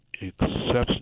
exceptional